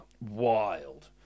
Wild